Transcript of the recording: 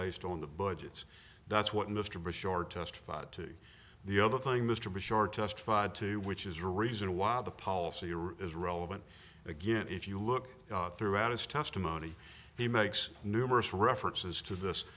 based on the budgets that's what mr bush ordered testified to the other thing this to be short testified to which is a reason why the policy is relevant again if you look throughout his testimony he makes numerous references to this